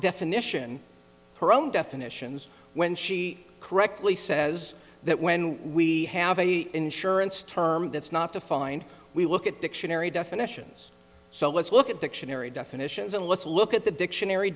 definition her own definitions when she correctly says that when we have insurance term that's not defined we look at dictionary definitions so let's look at dictionary definitions and let's look at the dictionary